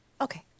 Okay